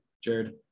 Jared